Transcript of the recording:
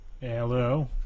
Hello